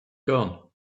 gun